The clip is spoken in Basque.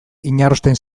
inarrosten